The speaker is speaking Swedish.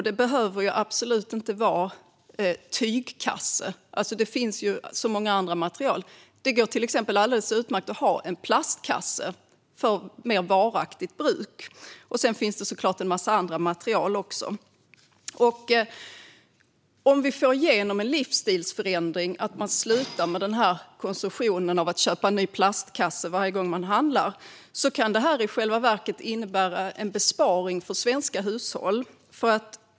Det behöver absolut inte vara en tygkasse. Det finns många andra material. Det går till exempel alldeles utmärkt att ha en plastkasse för mer varaktigt bruk. Sedan finns det såklart en massa andra material också. Om vi får igenom en livsstilsförändring - att man slutar med den här konsumtionen och inte köper ny plastkasse varje gång man handlar - kan det i själva verket innebära en besparing för svenska hushåll.